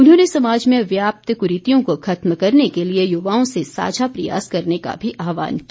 उन्होंने समाज में व्याप्त कुरीतियों को खत्म करने के लिए युवाओं से साझा प्रयास करने का भी आहवान किया